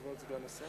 כבוד סגן השר?